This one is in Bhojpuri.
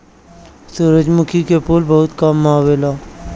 सूरजमुखी के फूल बहुते काम में आवेला